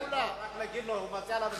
אני מוכרח להגיד שהוא מציע לנו מדינה מפוצלת.